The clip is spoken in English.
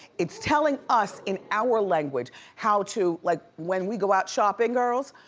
it's telling us in our language how to, like, when we go out shopping, girls,